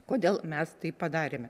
kodėl mes taip padarėme